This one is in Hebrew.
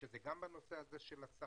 שזה גם בנושא של השכר,